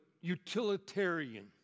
utilitarian